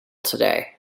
today